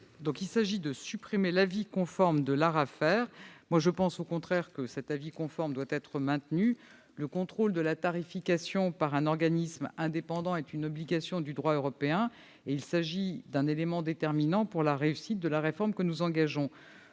28 tend à supprimer l'avis conforme de l'ARAFER. Il me semble, au contraire, que cet avis conforme doit être maintenu. Le contrôle de la tarification par un organisme indépendant est une obligation fixée par le droit européen, et il s'agit d'un élément déterminant pour la réussite de la réforme que nous engageons.